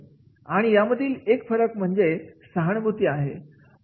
आणि यामधील एक म्हणजे सहानुभूती आहे